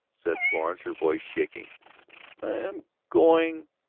said florence, her voice shaking. i am going.